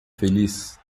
feliz